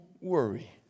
worry